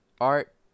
Art